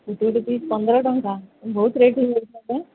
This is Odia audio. ଗୋଟେ ଗୋଟେ ପିସ୍ ପନ୍ଦର ଟଙ୍କା ବହୁତ୍ ରେଟ୍ ହେଇଯାଉଛି ତ